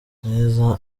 neza